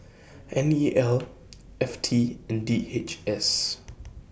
N E L F T and D H S